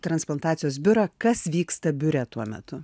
transplantacijos biurą kas vyksta biure tuo metu